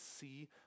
see